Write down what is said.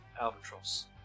albatross